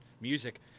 music